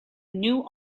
new